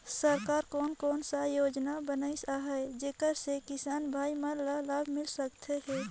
सरकार कोन कोन सा योजना बनिस आहाय जेकर से किसान भाई मन ला लाभ मिल सकथ हे?